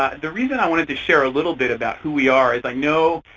ah the reason i wanted to share a little bit about who we are is i know,